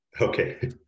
Okay